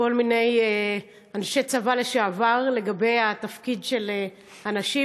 מכל מיני אנשי צבא לשעבר לגבי התפקיד של הנשים.